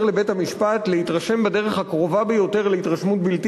לבית-המשפט להתרשם בדרך הקרובה ביותר להתרשמות בלתי